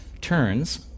turns